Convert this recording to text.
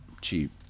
cheap